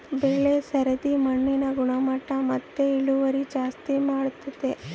ಬೆಳೆ ಸರದಿ ಮಣ್ಣಿನ ಗುಣಮಟ್ಟ ಮತ್ತೆ ಇಳುವರಿ ಜಾಸ್ತಿ ಮಾಡ್ತತೆ